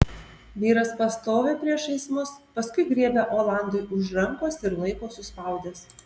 vyras pastovi priešais mus paskui griebia olandui už rankos ir laiko suspaudęs